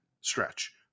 stretch